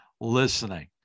listening